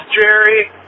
Jerry